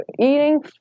eating